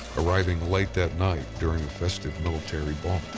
arriving late that night during a festive military ball.